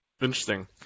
Interesting